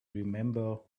remember